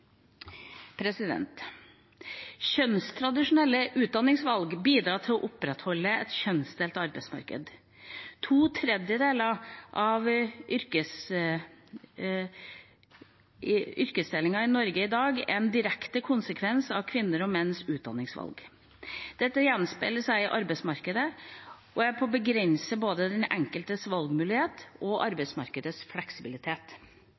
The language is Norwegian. Kjønnstradisjonelle utdanningsvalg bidrar til å opprettholde et kjønnsdelt arbeidsmarked. To tredjedeler av yrkesdelingen i Norge i dag er en direkte konsekvens av kvinners og menns utdanningsvalg. Dette gjenspeiler seg i arbeidsmarkedet og er med på å begrense både den enkeltes valgmuligheter og arbeidsmarkedets fleksibilitet.